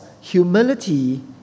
humility